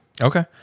Okay